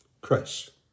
Christ